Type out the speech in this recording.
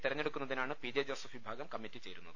തെരഞ്ഞെടുക്കുന്നതിനാണ് P J Joseph വിഭാഗം committee ചേരുന്നത്